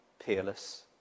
Peerless